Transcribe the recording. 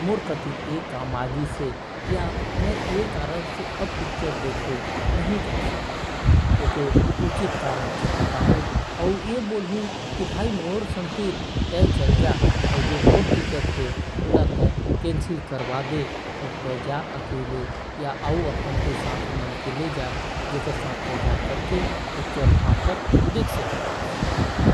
मोला ये काम आगीस है या मोला कहीं जरूरी काम से जाना पड़त है तो तय कोई और संगता ला ले जा या मोर टिकट ल कैंसिल कर दबे।